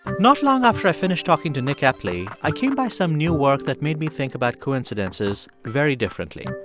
not long after i finished talking to nick epley, i came by some new work that made me think about coincidences very differently.